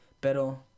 pero